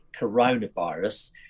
coronavirus